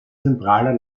zentraler